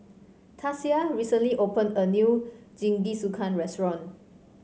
Tasia recently opened a new Jingisukan restaurant